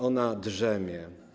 Ona drzemie.